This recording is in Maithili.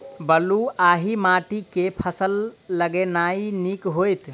बलुआही माटि मे केँ फसल लगेनाइ नीक होइत?